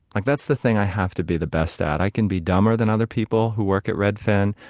like, that's the thing i have to be the best at. i can be dumber than other people who work at redfin.